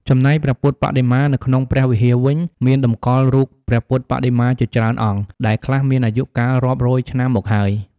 ចំំណែកព្រះពុទ្ធបដិមានៅក្នុងព្រះវិហារវិញមានតម្កល់រូបព្រះពុទ្ធបដិមាជាច្រើនអង្គ ដែលខ្លះមានអាយុកាលរាប់រយឆ្នាំមកហើយ ។